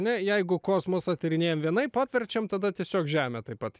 ne jeigu kosmoso tyrinėjame vienaip apverčiame tada tiesiog žemę taip pat